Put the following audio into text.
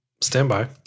standby